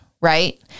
right